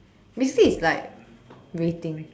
basically it's like rating